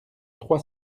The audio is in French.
trois